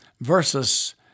versus